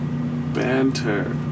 Banter